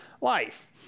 life